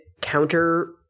counter